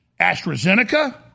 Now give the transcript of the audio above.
AstraZeneca